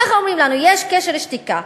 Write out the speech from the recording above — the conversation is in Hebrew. ככה אומרים לנו: יש קשר שתיקה.